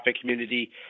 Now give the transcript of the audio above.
community